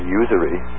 usury